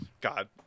God